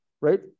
right